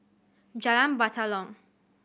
Jalan Batalong